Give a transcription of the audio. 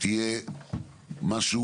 היא משהו